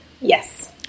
Yes